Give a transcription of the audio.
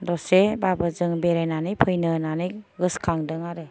दसेबाबो जों बेरायनानै फैनो होन्नानै गोसो खांदों आरो